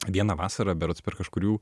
vieną vasarą berods per kažkurių